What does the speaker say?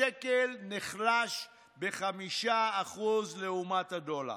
השקל נחלש ב-5% לעומת הדולר.